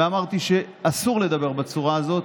ואמרתי שאסור לדבר בצורה הזאת,